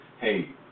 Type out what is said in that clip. hey